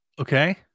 Okay